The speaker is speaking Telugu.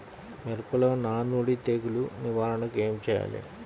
మిరపలో నానుడి తెగులు నివారణకు ఏమి చేయాలి?